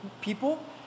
people